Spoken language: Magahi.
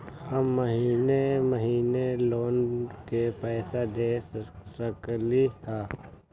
हम महिने महिने लोन के पैसा दे सकली ह?